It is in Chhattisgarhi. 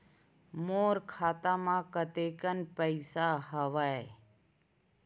मोर खाता म कतेकन पईसा हवय?